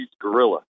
gorilla